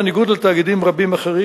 בניגוד לתאגידים רבים אחרים,